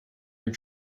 your